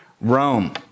Rome